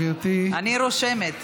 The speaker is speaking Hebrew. אני רושמת,